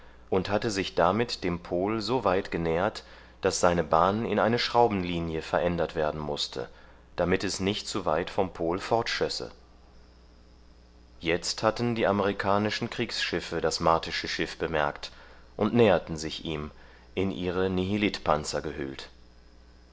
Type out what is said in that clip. und hatte sich damit dem pol so weit genähert daß seine bahn in eine schraubenlinie verändert werden mußte damit es nicht zu weit vom pol fortschösse jetzt hatten die amerikanischen kriegsschiffe das martische schiff bemerkt und näherten sich ihm in ihre nihilitpanzer gehüllt